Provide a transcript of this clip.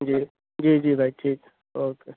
جی جی جی بھائی ٹھیک اوکے